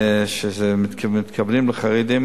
להגיד שמתכוונים לחרדים.